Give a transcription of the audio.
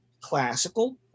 Classical